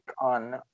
on